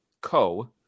Co